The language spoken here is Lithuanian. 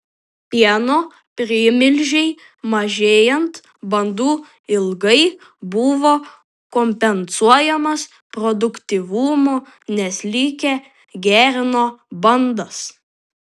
pieno primilžiai mažėjant bandų ilgai buvo kompensuojamas produktyvumu nes likę gerino bandas